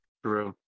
True